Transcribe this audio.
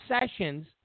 Sessions